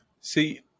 see